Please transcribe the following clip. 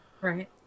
Right